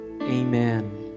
Amen